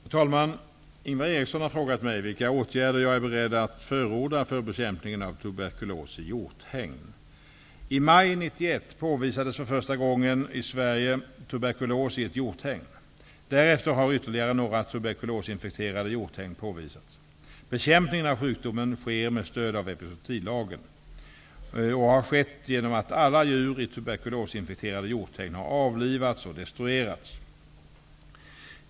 Herr talman! Ingvar Eriksson har frågat mig vilka åtgärder jag är beredd att förorda för bekämpningen av tuberkulos i hjorthägn. I maj 1991 påvisades för första gången i Sverige tuberkulos i ett hjorthägn. Därefter har ytterligare några tuberkulosinfekterade hjorthägn påvisats. Bekämpningen av sjukdomen sker med stöd av epizootilagen och har skett genom att alla djur i tuberkulosinfekterade hjorthägn har avlivats och destruerats.